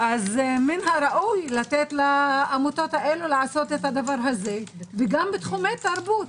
מן הראוי לתת לעמותות האלה לעשות את הדבר הזה וגם בתחומי תרבות.